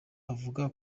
avuga